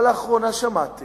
אבל לאחרונה שמעתי